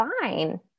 fine